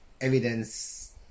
evidence